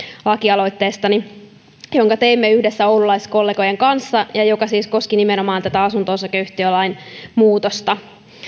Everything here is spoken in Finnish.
lakialoitteestani jonka teimme yhdessä oululaiskollegojen kanssa ja joka siis koski nimenomaan tätä asunto osakeyhtiölain muutosta